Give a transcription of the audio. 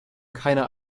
keiner